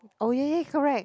oh ya ya correct